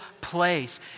place